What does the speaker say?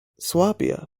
swabia